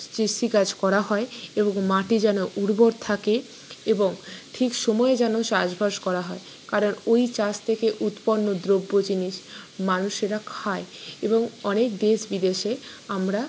কৃষি কাজ করা হয় এবং মাটি যেন উর্বর থাকে এবং ঠিক সময় যেন চাষবাস করা হয় কারণ ওই চাষ থেকে উৎপন্ন দ্রব্য জিনিস মানুষেরা খায় এবং অনেক দেশ বিদেশে আমরা